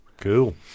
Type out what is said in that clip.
Cool